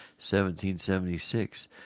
1776